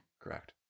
Correct